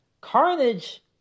carnage